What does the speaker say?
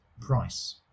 price